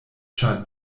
ĉar